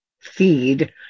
feed